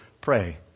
pray